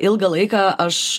ilgą laiką aš